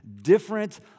Different